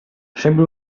sembri